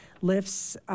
lifts